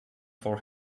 for